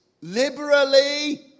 liberally